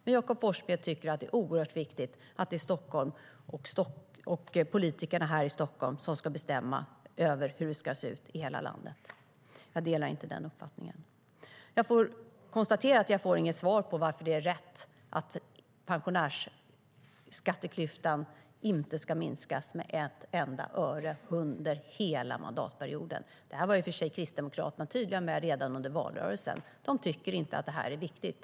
Men Jakob Forssmed tycker att det är oerhört viktigt att det är Stockholm och politikerna här i Stockholm som ska bestämma hur det ska se ut i hela landet. Jag delar inte den uppfattningen. Jag konstaterar att jag inte får något svar på varför det är rätt att pensionärsskatteklyftan inte ska minskas med ett enda öre under hela mandatperioden. Det var i och för sig Kristdemokraterna tydliga med redan under valrörelsen. De tycker inte att det här är viktigt.